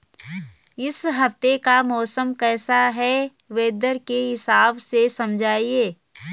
इस हफ्ते का मौसम कैसा है वेदर के हिसाब से समझाइए?